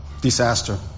Disaster